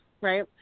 right